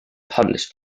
published